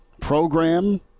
program